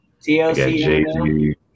TLC